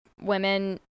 women